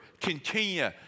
Continue